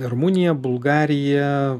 rumunija bulgarija